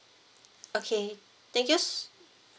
okay thank you